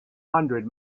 hundred